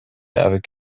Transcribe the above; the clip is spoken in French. avec